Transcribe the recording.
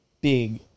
Big